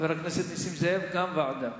חבר הכנסת נסים זאב, ועדה,